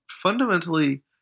fundamentally